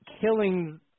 killing